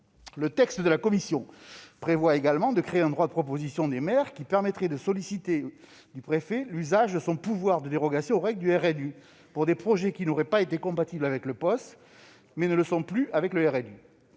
Le texte de la commission prévoit également de créer un droit de proposition des maires : ils pourraient solliciter du préfet l'usage de son pouvoir de dérogation aux règles du RNU pour des projets qui auraient été compatibles avec le POS antérieur, mais ne le sont pas avec le RNU.